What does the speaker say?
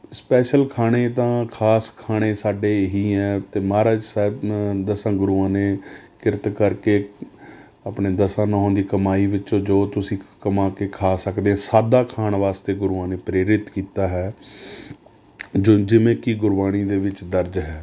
special ਖਾਣੇ ਤਾਂ ਖਾਸ ਖਾਣੇ ਸਾਡੇ ਇਹੀ ਹੈ ਅਤੇ ਮਹਾਰਾਜ ਸਾਹਿਬ ਦਸਾਂ ਗੁਰੂਆਂ ਨੇ ਕਿਰਤ ਕਰਕੇ ਆਪਣੇ ਦਸਾਂ ਨਹੁੰਆਂ ਦੀ ਕਮਾਈ ਵਿੱਚੋਂ ਜੋ ਤੁਸੀਂ ਕਮਾ ਕੇ ਖਾ ਸਕਦੇ ਸਾਦਾ ਖਾਣ ਵਾਸਤੇ ਗੁਰੂਆਂ ਨੇ ਪ੍ਰੇਰਿਤ ਕੀਤਾ ਹੈ ਜੁ ਜਿਵੇਂ ਕੀ ਗੁਰਬਾਣੀ ਦੇ ਵਿੱਚ ਦਰਜ਼ ਹੈ